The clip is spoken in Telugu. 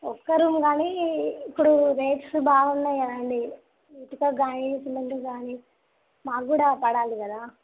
ఒక్క రూమ్ గానీ ఇప్పుడు రేట్స్ బాగున్నాయి కదండి ఇటుక గానీ సిమెంట్ గానీ మాక్కూడా పడాలి కదా